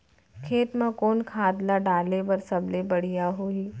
खेत म कोन खाद ला डाले बर सबले बढ़िया होही?